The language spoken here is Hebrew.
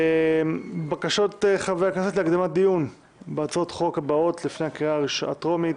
בקשות חברי הכנסת להקדמת הדיון בהצ"ח הבאות לפני הקריאה הטרומית: